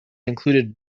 included